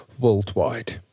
worldwide